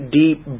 deep